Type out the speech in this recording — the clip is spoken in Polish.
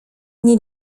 nie